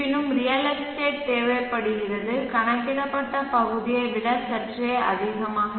இருப்பினும் real estate தேவைப்படுகிறது கணக்கிடப்பட்ட பகுதியை விட சற்றே அதிகம்